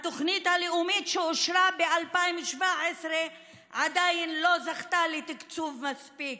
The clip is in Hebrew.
התוכנית הלאומית שאושרה ב-2017 עדיין לא זכתה לתקצוב מספיק.